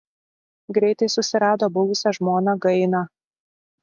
greitai susirado buvusią žmoną gainą